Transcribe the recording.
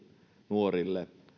nuorille